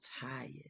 tired